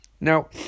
Now